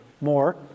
More